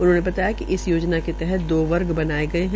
उन्होंने बताया कि इस योजना के तहत दो वर्ग बनाने गये है